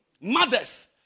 Mothers